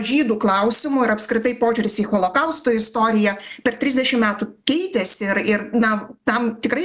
žydų klausimu ir apskritai požiūris į holokausto istoriją per trisdešim metų keitėsi ir ir na tam tikrai